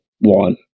One